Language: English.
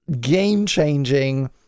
game-changing